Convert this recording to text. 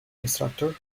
instructor